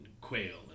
quail